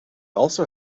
also